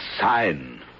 sign